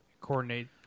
coordinate